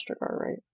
right